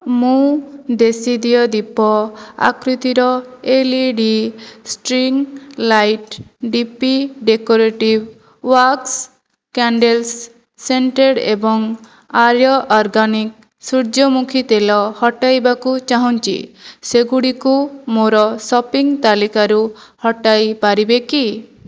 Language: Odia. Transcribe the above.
ମୁଁ ଦେଶୀଦିଅ ଦୀପ ଆକୃତିର L E D string light D P decorative wax candles scented ଏବଂ ଆର୍ୟ ଅର୍ଗାନିକ୍ ସୂର୍ଯ୍ୟମୂଖୀ ତେଲ ହଟାଇବାକୁ ଚାହୁଁଛି ସେଗୁଡ଼ିକୁ ମୋର ସପିଂ ତାଲିକାରୁ ହଟାଇ ପାରିବେ କି